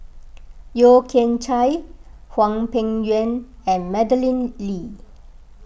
Yeo Kian Chai Hwang Peng Yuan and Madeleine Lee